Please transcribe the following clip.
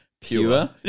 pure